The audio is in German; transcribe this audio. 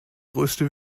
größte